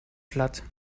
platt